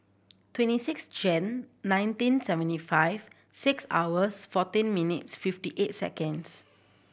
twenty six Jan nineteen seventy five six hours fourteen minutes fifty eight seconds